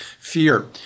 fear